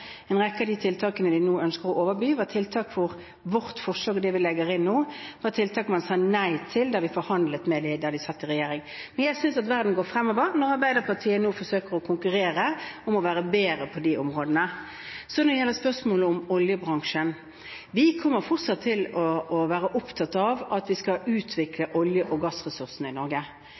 En rekke av de tiltakene de nå ønsker å overby vårt forslag og det vi legger inn nå, var tiltak man sa nei til da vi forhandlet med dem da de satt i regjering. Jeg synes at verden går fremover når Arbeiderpartiet nå forsøker å konkurrere om å være bedre på de områdene. Så når det gjelder spørsmålet om oljebransjen. Vi kommer fortsatt til å være opptatt av at vi skal utvikle olje- og gassressursene i Norge.